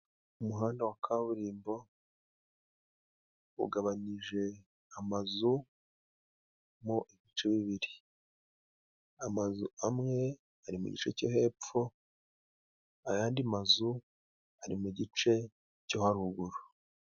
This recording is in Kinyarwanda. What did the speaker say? Umuhanda wa kaburimbo ugabanyije amazu mo ibice bibiri amazu amwe ari mu gice cyo hepfo, ayandi mazu ari mu gice cyo haruguru.